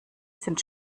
sind